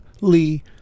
Lee